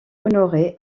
honorée